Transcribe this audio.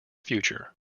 future